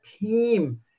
team